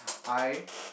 I